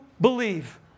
believe